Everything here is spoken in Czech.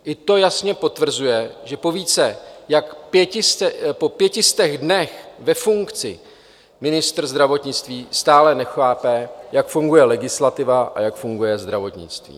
I to jasně potvrzuje, že po více jak 500 dnech ve funkci ministr zdravotnictví stále nechápe, jak funguje legislativa a jak funguje zdravotnictví.